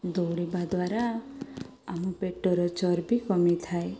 ଦୌଡ଼ିବା ଦ୍ୱାରା ଆମ ପେଟର ଚର୍ବି କମିଥାଏ